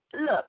look